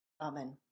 Amen